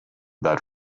that